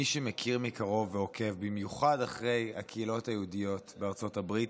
מי שמכיר מקרוב ועוקב במיוחד אחרי הקהילות היהודיות בארצות הברית,